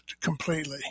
completely